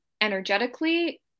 energetically